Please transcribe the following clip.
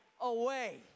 away